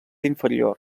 inferior